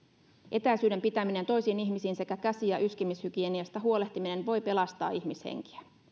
etäisyyden pitäminen toisiin ihmisiin sekä käsi ja yskimishygieniasta huolehtiminen voi pelastaa ihmishenkiä